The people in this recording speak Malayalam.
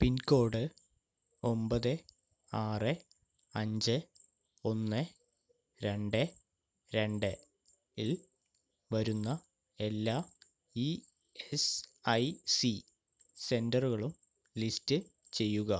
പിൻകോഡ് ഒമ്പത് ആറ് അഞ്ച് ഒന്ന് രണ്ട് രണ്ട് ഇൽ വരുന്ന എല്ലാ ഇ എസ് ഐ സി സെൻ്ററുകളും ലിസ്റ്റ് ചെയ്യുക